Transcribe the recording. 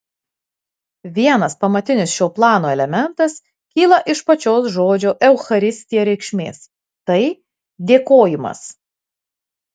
vienas pamatinis šio plano elementas kyla iš pačios žodžio eucharistija reikšmės tai dėkojimas